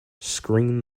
screen